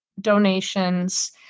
donations